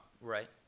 right